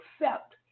accept